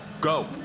Go